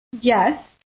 Yes